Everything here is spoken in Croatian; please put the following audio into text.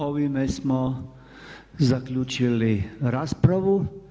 Ovime smo zaključili raspravu.